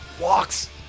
Walks